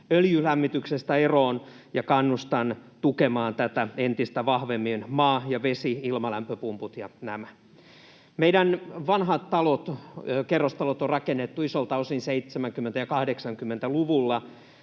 öljylämmityksestä eroon, ja kannustan tukemaan tätä entistä vahvemmin — maa- ja vesi-ilmalämpöpumput ja nämä. Meidän vanhat kerrostalot on rakennettu isolta osin 70—80-luvuilla,